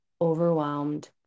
overwhelmed